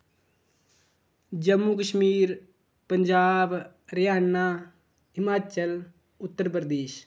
Jammu Kashmir Punjab Haryana Himachal Uttar Pradesh